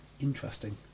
Interesting